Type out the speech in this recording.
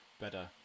better